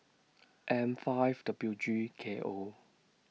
M five W G K O